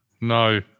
No